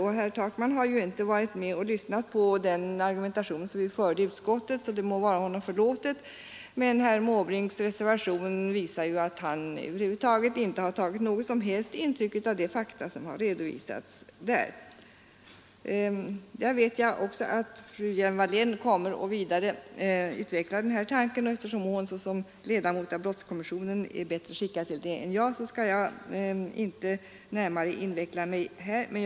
Herr Takman har ju inte lyssnat på den argumentation som vi förde i utskottet, och han må därför vara ursäktad, men reservationen från herr Måbrink visar ju att han över huvud taget inte tagit något intryck av de fakta som redovisades där. Jag vet också att fru Hjelm-Wallén kommer att vidare utveckla denna tanke, och eftersom hon som ledamot av brottskommissionen är bättre skickad till det än jag, skall jag inte närmare gå in på frågan.